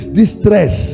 distress